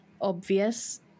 obvious